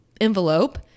envelope